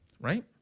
Right